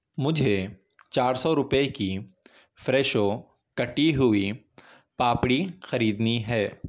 مجھے چار سو روپے کی فریشو کٹی ہوئی پاپڑی خریدنی ہے